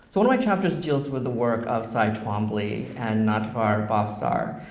so of my chapters deals with the work of cy twombly and natvar bhavsar.